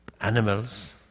animals